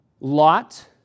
Lot